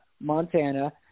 Montana